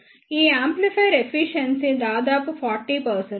ఈ amplifier efficiency దాదాపు 40